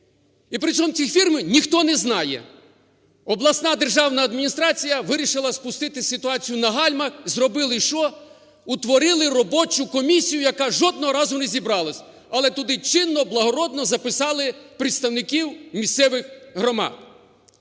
І при цьому, ці фірми ніхто не знає. Обласна державна адміністрація вирішили спустити ситуацію на гальма. І зробили, що? Утворили робочу комісію, яка жодного разу не зібралася. Але туди чинно, благородно, записали представників місцевих громад.